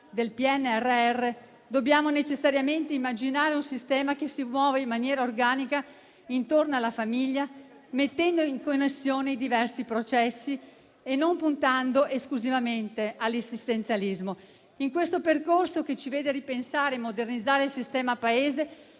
del PNRR, dobbiamo necessariamente immaginare un sistema che si muove in maniera organica intorno alla famiglia, mettendo in connessione i diversi processi e non puntando esclusivamente all'assistenzialismo. In questo percorso che ci vede ripensare e modernizzare il sistema Paese